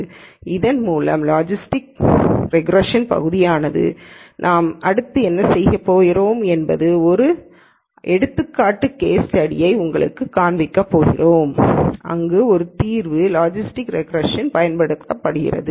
எனவே இதன் மூலம் லாஜிஸ்டிக் ரெக்ரேஷனின் பகுதியானது நாம் அடுத்து என்ன செய்யப் போகிறோம் என்பது ஒரு எடுத்துக்காட்டு கேஸ் ஸ்டடி உங்களுக்குக் காண்பிக்கப் போகிறோம் அங்கு ஒரு தீர்வுக்கு லாஜிஸ்டிக் ரெக்ரேஷன் பயன்படுத்தப்படுகிறது